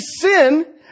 sin